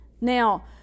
Now